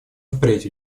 впредь